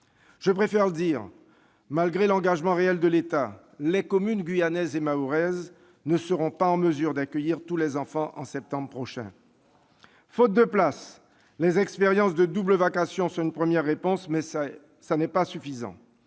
Je préfère le dire, malgré l'engagement réel de l'État, les communes guyanaises et mahoraises ne seront pas en mesure d'accueillir, faute de places, tous les enfants en septembre prochain. Les expériences de double vacation sont une première réponse, mais ce n'est pas suffisant.